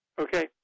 Okay